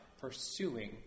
pursuing